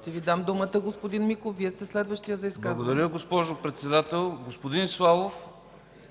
Ще Ви дам думата, господин Михов, Вие сте следващият за изказване. ДИМИТЪР БАЙРАКТАРОВ (ПФ): Благодаря, госпожо Председател. Господин Славов,